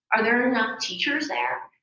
are there enough teachers there?